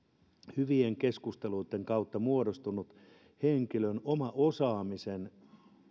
hyvien keskusteluitten kautta muodostunut henkilön oman osaamisen